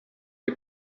die